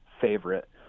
favorite